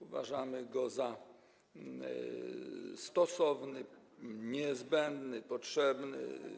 Uważamy go za stosowny, niezbędny, potrzebny.